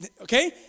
okay